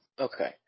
Okay